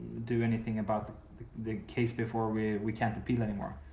do anything about the case before we we can't appeal anymore.